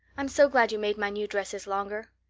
i'm so glad you made my new dresses longer.